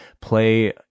play